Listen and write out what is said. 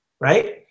right